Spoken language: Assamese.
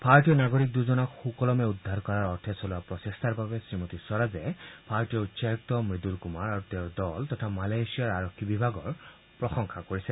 ভাৰতীয় নাগৰিক দুজনক সুকলমে উদ্ধাৰ কৰাৰ অৰ্থে চলোৱা প্ৰচেষ্টাৰ বাবে শ্ৰীমতী স্বৰাজে ভাৰতীয় উচ্চায়ুক্ত মৃদুল কুমাৰ আৰু তেওঁৰ দল তথা মালয়েছিয়াৰ আৰক্ষী বিভাগৰ প্ৰশংসা কৰিছে